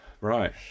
Right